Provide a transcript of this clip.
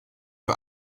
für